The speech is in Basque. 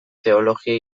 teologia